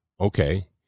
Okay